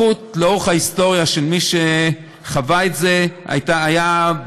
לאורך ההיסטוריה של מי שחווה את זה ההתמחות הייתה,